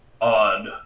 odd